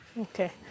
Okay